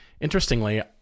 interestingly